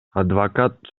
адвокат